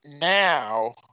now